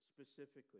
specifically